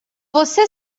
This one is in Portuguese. você